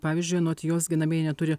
pavyzdžiui anot jos ginamieji neturi